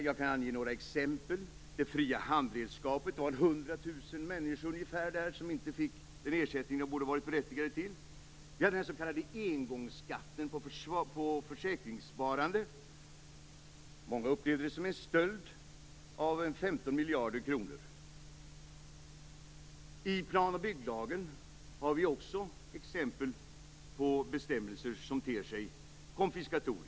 Jag kan ange några exempel: Fallet med de fria handredskapen, då ungefär 100 000 människor inte fick den ersättning de var berättigade till. Den s.k. engångsskatten på försäkringssparande, som många upplevde som en stöld på ca 15 miljarder kronor är ett annat exempel. I plan och bygglagen finns det också exempel på bestämmelser som ter sig konfiskatoriska.